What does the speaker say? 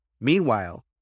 Meanwhile